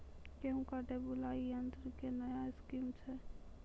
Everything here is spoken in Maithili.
गेहूँ काटे बुलाई यंत्र से नया स्कीम छ?